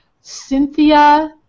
Cynthia